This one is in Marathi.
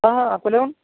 हां हां अकोल्याहून